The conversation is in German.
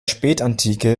spätantike